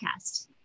podcast